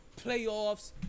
playoffs